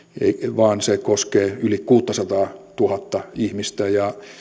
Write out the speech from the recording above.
vaan se koskee yli kuuttasataatuhatta ihmistä ja